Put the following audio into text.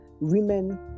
women